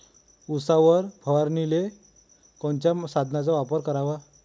उसावर फवारनीले कोनच्या साधनाचा वापर कराव?